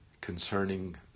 concerning